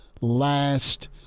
last